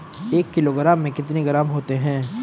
एक किलोग्राम में कितने ग्राम होते हैं?